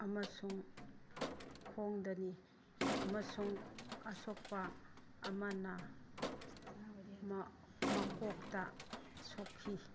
ꯑꯃꯁꯨꯡ ꯈꯣꯡꯗꯅꯤ ꯑꯃꯁꯨꯡ ꯑꯁꯣꯛꯄ ꯑꯃꯅ ꯃꯀꯣꯛꯇ ꯁꯣꯛꯈꯤ